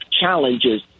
challenges